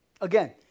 Again